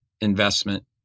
investment